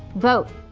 vote.